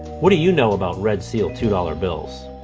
what do you know about red seal two dollar bills?